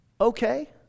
Okay